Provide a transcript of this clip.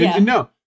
No